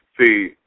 See